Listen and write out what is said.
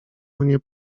mnie